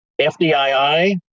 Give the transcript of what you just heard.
FDII